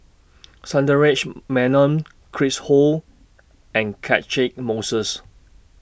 Sundaresh Menon Chris Ho and Catchick Moses